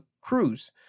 Cruz